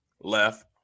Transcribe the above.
left